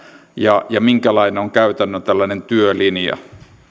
ja ja minkälainen on tällainen käytännön työlinja jos